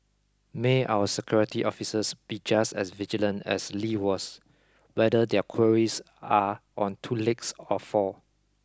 may our security officers be just as vigilant as Lee was whether their quarries are on two legs or four